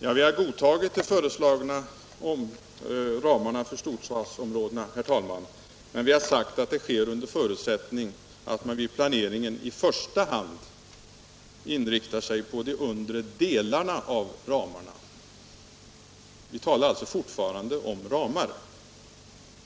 Herr talman! Vi har godtagit de föreslagna ramarna för storstadsområdena, men vi har sagt att det sker under förutsättning att man vid planeringen i första hand inriktar sig på de undre delarna av ramarna. Vi talar alltså fortfarande om ramar.